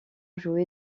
joué